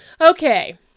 Okay